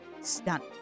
stunt